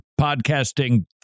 podcasting